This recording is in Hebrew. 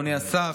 אדוני השר,